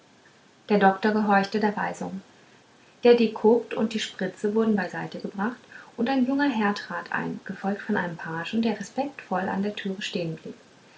der doktor gehorchte der weisung der dekokt und die spritze wurden beiseite gebracht und ein junger herr trat ein gefolgt von einem pagen der respektvoll an der türe stehenblieb